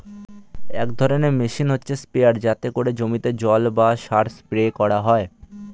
এক রকমের মেশিন হচ্ছে স্প্রেয়ার যাতে করে জমিতে জল বা সার স্প্রে করা যায়